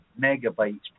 megabytes